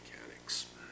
mechanics